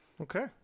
Okay